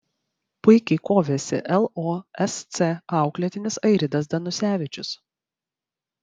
puikiai kovėsi losc auklėtinis airidas danusevičius